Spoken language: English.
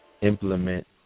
implement